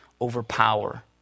overpower